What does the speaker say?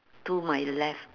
to my left